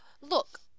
Look